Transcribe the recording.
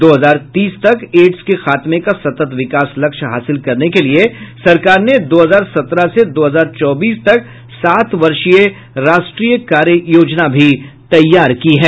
दो हजार तीस तक एड्स के खात्मे का सतत विकास लक्ष्य हासिल करने के लिये सरकार ने दो हजार सत्रह से दो हजार चौबीस तक सात वर्षीय राष्ट्रीय कार्य योजना भी तैयार की है